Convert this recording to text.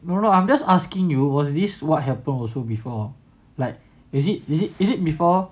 no no no I'm just asking you was this what happened also before like is it is it is it before